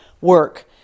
work